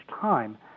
time